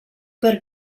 per